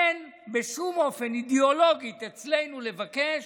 אין אצלנו בשום אופן, אידיאולוגית, לבקש